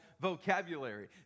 vocabulary